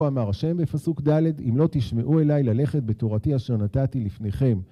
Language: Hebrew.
כה אמר השם בפסוק ד', אם לא תשמעו אליי ללכת בתורתי אשר נתתי לפניכם